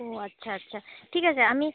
ও আচ্ছা আচ্ছা ঠিক আছে আমি